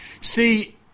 See